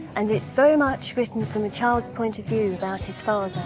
and it's very much written from a child's point of view about his father.